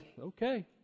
Okay